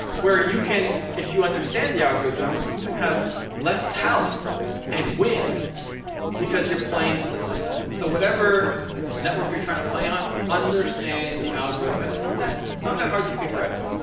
where you can, if you understand the algorithm, even have less talent and win because you're playing to the system. and so whatever network you're trying to plan on, understand the algorithm. and it's not that so that hard to figure out.